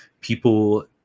People